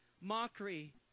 mockery